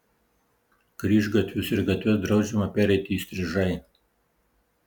kryžgatvius ir gatves draudžiama pereiti įstrižai